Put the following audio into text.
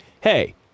hey